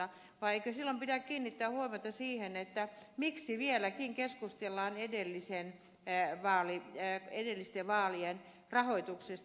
eikö silloin pidäkin kiinnittää huomiota siihen miksi vieläkin keskustellaan edellisten vaalien rahoituksesta